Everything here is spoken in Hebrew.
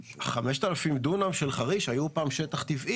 5,000 דונם של חריש היו פעם שטח טבעי